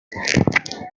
the